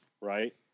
right